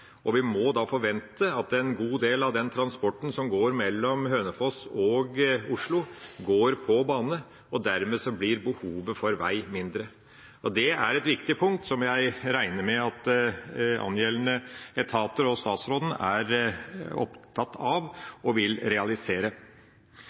bane. Vi må forvente at en god del av den transporten som går mellom Hønefoss og Oslo, går på bane, og dermed blir behovet for vei mindre. Det er et viktig punkt, som jeg regner med at angjeldende etater og statsråden er opptatt av og vil realisere.